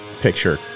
picture